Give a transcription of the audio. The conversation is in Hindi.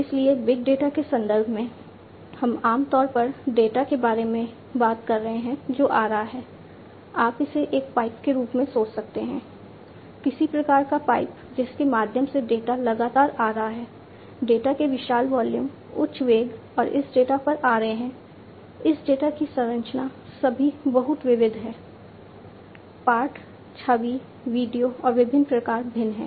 इसलिए बिग डेटा के संदर्भ में हम आम तौर पर डेटा के बारे में बात कर रहे हैं जो आ रहा है आप इसे एक पाइप के रूप में सोच सकते हैं किसी प्रकार का पाइप जिसके माध्यम से डेटा लगातार आ रहा है डेटा के विशाल वॉल्यूम उच्च वेग और इस डेटा पर आ रहे हैं इस डेटा की संरचना सभी बहुत विविध हैं पाठ छवि वीडियो और विभिन्न प्रकार भिन्न हैं